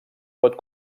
pot